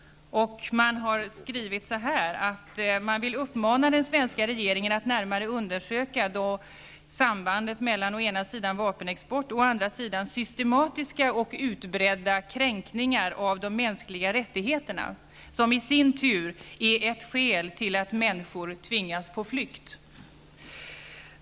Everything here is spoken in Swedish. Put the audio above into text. Organisationen har skrivit att man vill uppmana den svenska regeringen att närmare undersöka sambandet mellan å ena sidan vapenexport och å andra sidan systematiska och utbredda kränkningar av de mänskliga rättigheterna, som i sin tur är ett skäl till att människor tvingas på flykt.